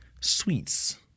sweets